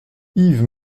yves